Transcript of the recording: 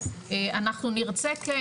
אנחנו נרצה כן,